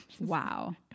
Wow